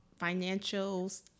financials